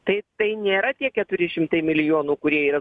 tai tai nėra tie keturi šimtai milijonų kurie yra